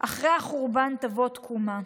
אחרי החורבן תבוא תקומה!